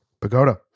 Pagoda